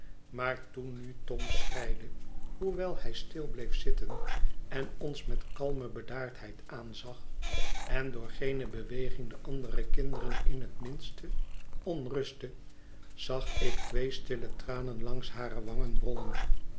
maar toen nu tom schreide hoewel hij stil bleef zitten n ons met kalme bedaardheid aanzag en door geene beweging de andere kinderen in het minste ontrustte zag ik twee stille tranen langs hare wangen rollen